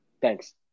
Thanks